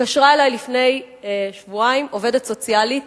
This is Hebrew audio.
התקשרה אלי לפני שבועיים עובדת סוציאלית